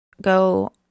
go